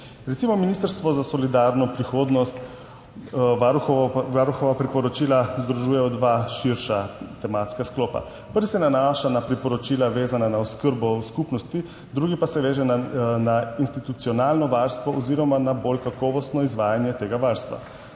Recimo, Ministrstvo za solidarno prihodnost Varuhova priporočila združuje v dva širša tematska sklopa. Prvi se nanaša na priporočila, vezana na oskrbo v skupnosti, drugi pa se veže na institucionalno varstvo oziroma na bolj kakovostno izvajanje tega varstva.